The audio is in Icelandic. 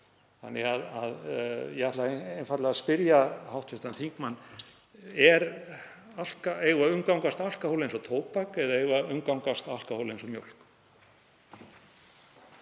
Þannig að ég ætla einfaldlega að spyrja hv. þingmann: Eigum við að umgangast alkóhól eins og tóbak eða eigum við að umgangast alkóhól eins og mjólk?